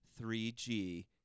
3g